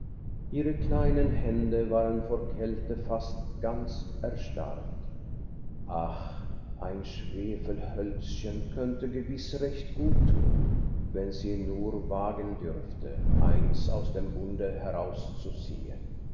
ihre kleinen hände waren vor kälte fast ganz erstarrt ach ein schwefelhölzchen könnte gewiß recht gut thun wenn sie nur wagen dürfte eins aus dem bunde herauszuziehen